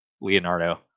Leonardo